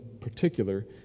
particular